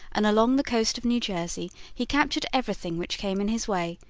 and along the coast of new jersey, he captured everything which came in his way,